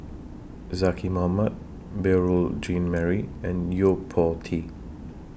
Zaqy Mohamad Beurel Jean Marie and Yo Po Tee